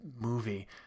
movie